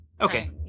Okay